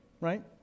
Right